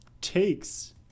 takes